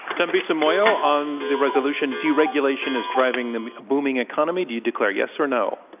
dambisa moyo, on the resolution, deregulation is driving the booming economy, do you declare yes or no?